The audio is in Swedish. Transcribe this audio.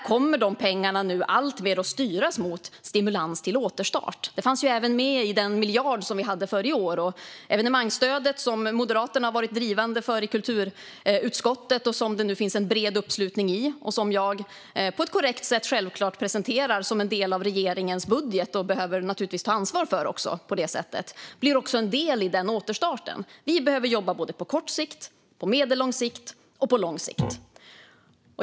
Dessa pengar kommer alltmer att styras mot stimulans till återstart. Det fanns även med i den miljard som vi hade för i år. Det evenemangsstöd som Moderaterna har drivit på för i kulturutskottet, som det nu finns en bred uppslutning kring och som jag på ett korrekt sätt presenterar som en del av regeringens budget, som jag naturligtvis behöver ta ansvar för, blir en del i återstarten. Vi behöver jobba både på kort sikt, på medellång sikt och på lång sikt.